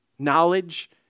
Knowledge